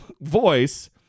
voice